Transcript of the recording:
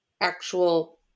actual